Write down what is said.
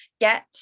get